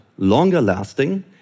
longer-lasting